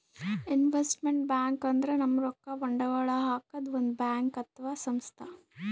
investment bank ಅಂದ್ರ ನಮ್ ರೊಕ್ಕಾ ಬಂಡವಾಳ್ ಹಾಕದ್ ಒಂದ್ ಬ್ಯಾಂಕ್ ಅಥವಾ ಸಂಸ್ಥಾ